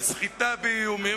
על סחיטה באיומים,